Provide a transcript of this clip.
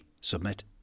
submit